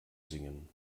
singen